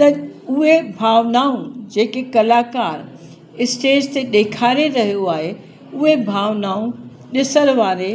त उहे भावनाऊं जेके कलाकार स्टेज ते ॾेखारे रहियो आहे उहे भावनाऊं ॾिसण वारे